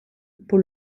pour